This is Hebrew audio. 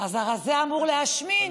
אז הרזה אמור להשמין.